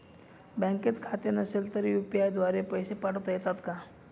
बँकेत खाते नसेल तर यू.पी.आय द्वारे पैसे पाठवता येतात का?